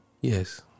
Yes